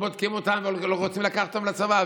בודקים אותן ורוצים לקחת אותן לצבא.